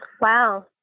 Wow